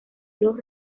los